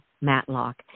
Matlock